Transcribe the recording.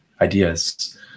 ideas